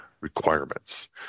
requirements